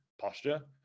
posture